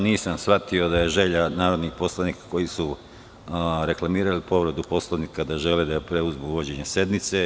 Nisam shvatio da je želja narodnih poslanika koji su reklamirali povredu Poslovnika da žele da preuzmu vođenje sednice.